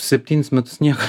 septynis metus nieko